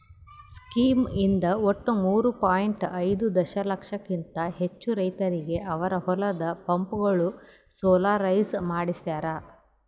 scheme ಇಂದ ಒಟ್ಟು ಮೂರೂ ಪಾಯಿಂಟ್ ಐದೂ ದಶಲಕ್ಷಕಿಂತ ಹೆಚ್ಚು ರೈತರಿಗೆ ಅವರ ಹೊಲದ ಪಂಪ್ಗಳು ಸೋಲಾರೈಸ್ ಮಾಡಿಸ್ಯಾರ್